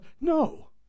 no